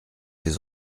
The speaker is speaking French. des